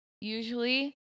usually